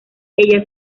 ella